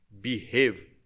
behave